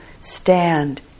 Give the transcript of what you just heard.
stand